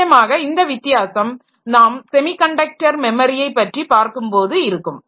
நிச்சயமாக இந்த வித்தியாசம் நாம் செமிகண்டக்டர் மெமரியைப் பற்றி பார்க்கும்போது இருக்கும்